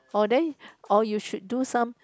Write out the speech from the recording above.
or then or you should do some